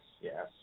yes